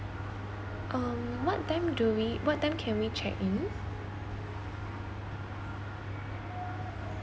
um what time do we what time can we check in